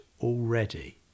already